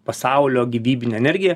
pasaulio gyvybinė energija